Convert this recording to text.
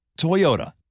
Toyota